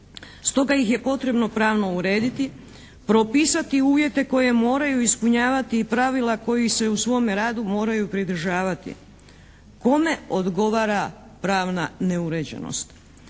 Stoga ih je potrebno pravno urediti, propisati uvjete koje moraju ispunjavati i pravila kojih se u svome radu moraju pridržavati. Kome odgovara pravna neuređenost?